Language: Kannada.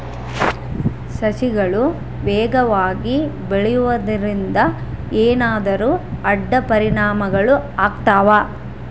ಸಸಿಗಳು ವೇಗವಾಗಿ ಬೆಳೆಯುವದರಿಂದ ಏನಾದರೂ ಅಡ್ಡ ಪರಿಣಾಮಗಳು ಆಗ್ತವಾ?